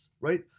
right